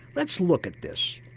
let's look at this.